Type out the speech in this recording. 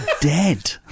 dead